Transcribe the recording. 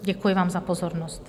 Děkuji vám za pozornost.